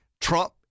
Trump